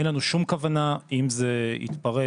אין לנו שום כוונה אם זה יתפרס,